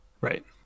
Right